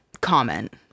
comment